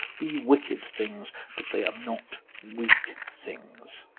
be wicked things but they are not weak things.